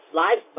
live